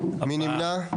מי נמנע?